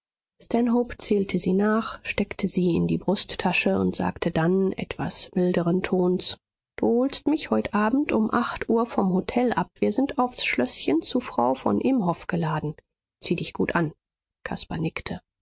zählte sie nach steckte sie in die brusttasche und sagte dann etwas milderen tons du holst mich heute abend um acht uhr vom hotel ab wir sind aufs schlößchen zu frau von imhoff geladen zieh dich gut an